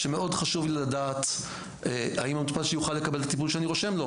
שמאוד חשוב לי לדעת אם המטופל שלי יוכל לקבל את הטיפול שאני רושם לו,